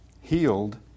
healed